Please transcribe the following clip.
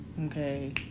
okay